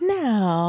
now